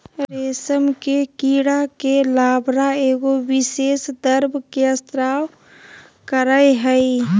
रेशम के कीड़ा के लार्वा एगो विशेष द्रव के स्त्राव करय हइ